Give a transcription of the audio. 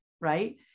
right